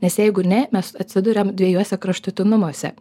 nes jeigu ne mes atsiduriam dvejuose kraštutinumuose